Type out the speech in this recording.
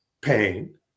pain